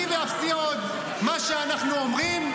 מה שאנחנו אומרים,